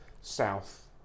south